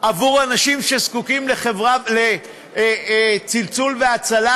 עבור אנשים שזקוקים לצלצול והצלה.